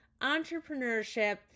entrepreneurship